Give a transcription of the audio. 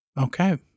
Okay